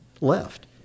left